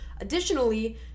Additionally